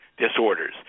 disorders